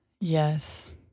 Yes